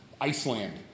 Iceland